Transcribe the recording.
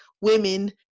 Women